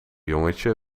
jongetje